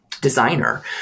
designer